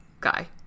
guy